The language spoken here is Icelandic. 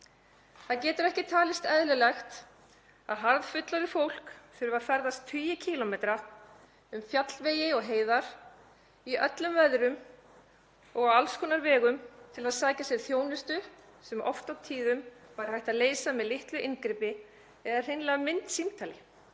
Það getur ekki talist eðlilegt að harðfullorðið fólk þurfi að ferðast tugi kílómetra um fjallvegi og heiðar í öllum veðrum og á alls konar vegum til að sækja sér þjónustu sem oft og tíðum væri hægt að leysa með litlu inngripi eða hreinlega myndsímtali.